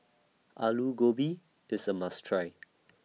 Alu Gobi IS A must Try